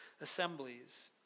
assemblies